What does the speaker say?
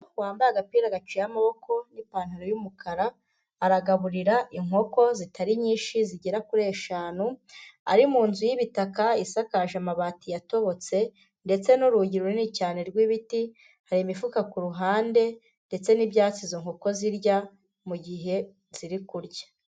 Wambaye agapira gaciye amaboko n'ipantaro yumukara, aragaburira inkoko zitari nyinshi zigera kuri eshanu, ari mu nzu y'ibitaka isakaje amabati yatobotse ndetse n'urugi runini cyane rw'ibiti, hari imifuka ku ruhande ndetse n'ibyatsi izo nkoko zirya mu gihe ziri kurya.